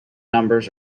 numbers